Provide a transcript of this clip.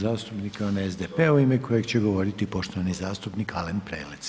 zastupnika je onaj SDP-a, u ime kojeg će govoriti poštovani zastupnik Alen Prelec.